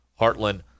Heartland